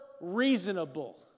reasonable